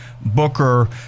Booker